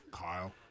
Kyle